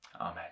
Amen